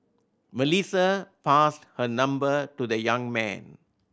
Melissa passed her number to the young man